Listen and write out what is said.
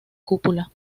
cúpula